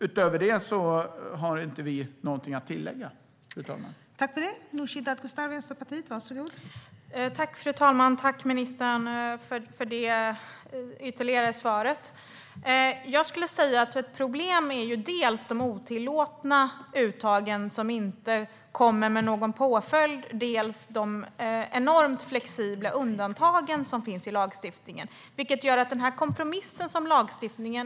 Utöver detta har jag ingenting att tillägga, fru talman.